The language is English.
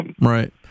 Right